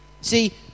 See